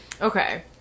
Okay